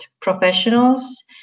professionals